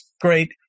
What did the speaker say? great